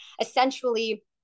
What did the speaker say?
essentially